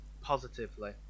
positively